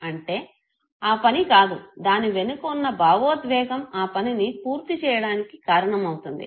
అంటే ఆ పని కాదు దాని వెనుక వున్నభావోద్వేగం ఆ పనిని పూర్తి చేయడానికి కారణం అవుతుంది